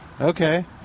Okay